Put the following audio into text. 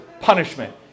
punishment